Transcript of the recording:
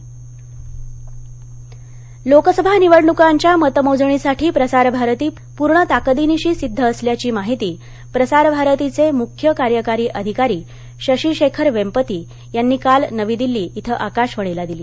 प्रसार भारती लोकसभा निवडणुकांच्या मतमोजणीसाठी प्रसार भारती पूर्ण ताकदीनिशी सिद्ध असल्याची माहिती प्रसार भारतीचे मुख्य कार्यकारी अधिकारी शशिशेखर वेम्पती यांनी काल नवी दिल्ली इथं आकाशवाणीला दिली